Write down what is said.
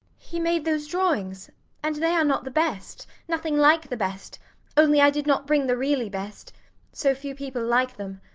he made those drawings and they are not the best nothing like the best only i did not bring the really best so few people like them.